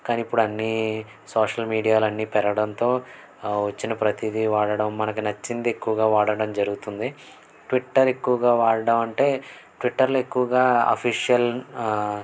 కానీ ఇప్పుడు అన్నీ సోషల్ మీడియాలన్నీ పెరగడంతో వచ్చిన ప్రతిదీ వాడడం మనకు నచ్చింది ఎక్కువగా వాడడం జరుగుతుంది ట్విట్టర్ ఎక్కువగా వాడడం అంటే ట్విట్టర్లో ఎక్కువగా అఫిషియల్